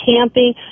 camping